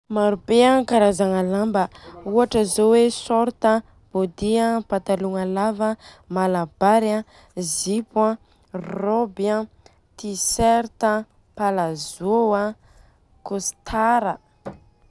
Maro be an karazagna lamba, ohatra zô hoe short an, de a patalogna lava an de a malabary an, jipo an, rôby, T-shirt an, palazô an, kôstara.